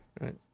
right